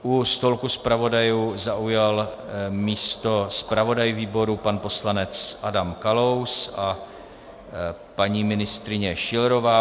U stolku zpravodajů zaujal místo zpravodaj výboru pan poslanec Adam Kalous a paní ministryně Schillerová.